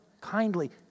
kindly